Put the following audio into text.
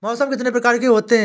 मौसम कितनी प्रकार के होते हैं?